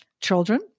children